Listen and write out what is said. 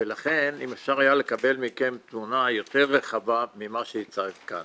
לכן אם אפשר היה לקבל מכם תמונה יותר רחבה ממה שהצגת כאן.